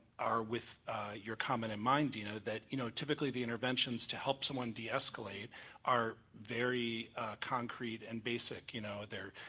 are with your comment in mind you know that you know typically the intervention is to help someone deescalate are very concrete and basic. you know they're